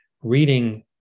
reading